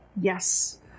yes